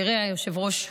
תראה, היושב-ראש,